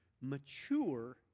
mature